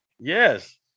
Yes